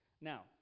now